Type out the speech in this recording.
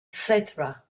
cetera